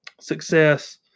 Success